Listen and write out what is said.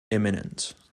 imminent